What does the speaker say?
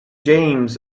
james